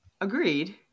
Agreed